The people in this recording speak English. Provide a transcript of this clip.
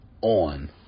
on